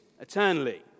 eternally